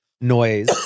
noise